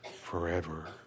forever